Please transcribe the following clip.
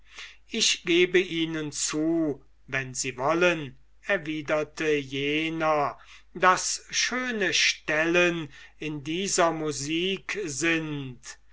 ich gebe ihnen zu wenn sie wollen erwiderte jener daß schöne stellen in dieser musik sind